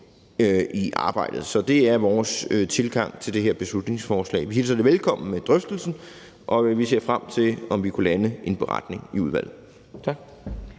i arbejdet. Så det er vores tilgang til det her beslutningsforslag. Vi hilser det velkommen med drøftelsen, og vi ser frem til, om vi kunne lande en beretning i udvalget. Tak.